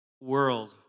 world